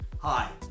Hi